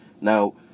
now